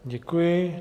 Děkuji.